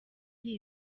iri